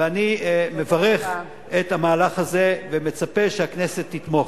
ואני מברך על המהלך הזה ומצפה שהכנסת תתמוך.